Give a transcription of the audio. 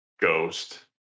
ghost